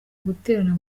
guterana